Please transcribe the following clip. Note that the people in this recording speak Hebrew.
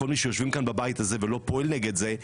כל מי שיושב כאן בבית ולא פועל נגד זה,